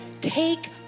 Take